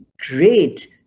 great